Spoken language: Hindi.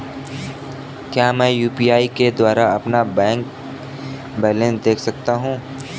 क्या मैं यू.पी.आई के द्वारा अपना बैंक बैलेंस देख सकता हूँ?